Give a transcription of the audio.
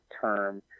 term